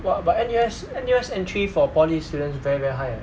!wah! but N_U_S N_U_S entry for poly students very very high eh